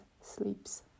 sleeps